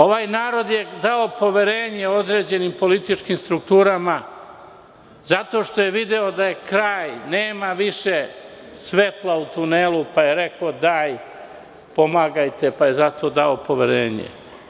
Ovaj narod je dao poverenje određenim političkim strukturama zato što je video da je kraj, nema više svetla u tunelu pa je rekao – pomagajte i zato je dao poverenje.